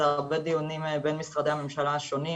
זה הרבה דיונים בין משרדי השונים,